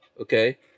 okay